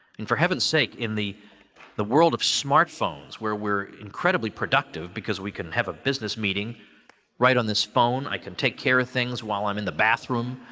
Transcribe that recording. and for heaven's sake, in the the world of smartphones where we're incredibly productive, because we could have a business meeting right on this phone. i can take care of things while i'm in the bathroom.